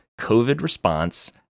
covidresponse